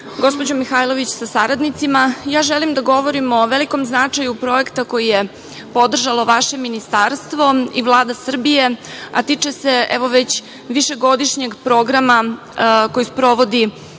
gospođo Mihajlović sa saradnicima, ja želim da govorim o velikom značaju projekta koji je podržalo vaše Ministarstvo i Vlada Srbije, a tiče se već višegodišnjeg programa koji sprovodi